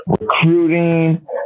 recruiting